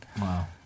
Wow